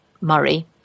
Murray